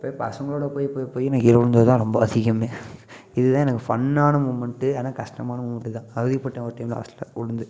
போய் பசங்களோட போய் போய் போய் நான் கீழே விழந்தது தான் ரொம்ப அசிங்கமே இது தான் எனக்கு ஃபன்னான மொமண்ட்டு ஆனால் கஷ்டமான மொமண்ட் இதான் அவதிப்பட்டன் ஒரு டைம் லாஸ்ட்டில் விழுந்து